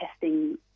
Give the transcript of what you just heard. testing